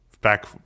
Back